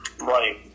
Right